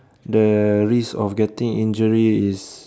the risk of getting injury is